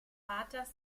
vaters